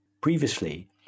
Previously